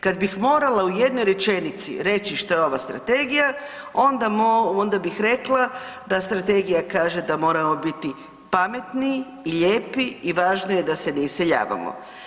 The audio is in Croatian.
Kad bih morala u jednoj rečenici reći što je ova strategija onda bih rekla da strategija kaže da moramo biti pametni i lijepi i važno je da se ne iseljavamo.